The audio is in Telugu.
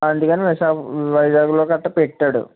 అందుకని విశాఖ వైజాగ్లో గట్ట పెట్టాడు